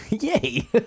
Yay